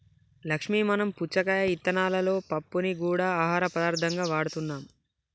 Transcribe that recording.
లక్ష్మీ మనం పుచ్చకాయ ఇత్తనాలలోని పప్పుని గూడా ఆహార పదార్థంగా వాడుతున్నాం